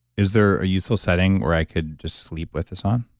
is there a useful setting where i could just sleep with this on?